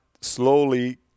slowly